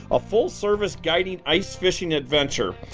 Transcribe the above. a full-service, guided, ice fishing adventure.